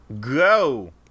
Go